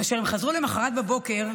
כאשר הם חזרו למוחרת בבוקר,